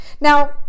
Now